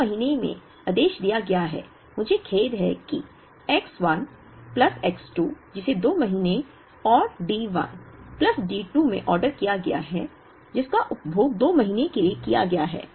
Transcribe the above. दो महीनों में आदेश दिया गया है मुझे खेद है कि X1 प्लस X 2 जिसे दो महीने और D 1 प्लस D 2 में ऑर्डर किया गया है जिसका उपभोग दो महीने के लिए किया गया है